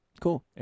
Cool